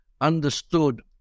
understood